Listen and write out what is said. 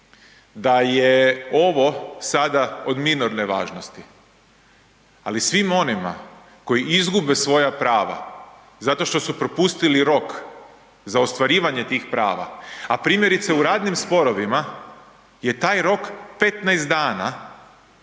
da je ovo sada od minorne važnosti, ali svim onima koji izgube svoja prava zato što su propustili rok za ostvarivanje tih prava, a primjerice u radnim sporovima je taj rok 15 dana